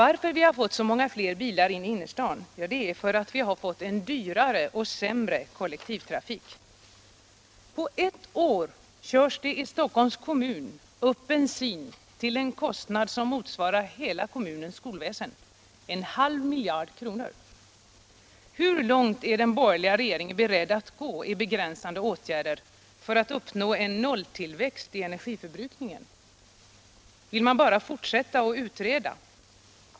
Att vi har fått så många fler bilar i innerstaden beror på att kollektivtrafiken har blivit dyrare och sämre. På ett år körs det i Stockholms kommun upp bensin för en kostnad, som motsvarar kostnaden för hela kommunens skolväsen: en halv miljard kronor. Hur långt är en borgerlig regering beredd att gå i begränsande åtgärder för att uppnå en nolltillväxt i energiförbrukningen? Vill man bara fortsätta att utreda?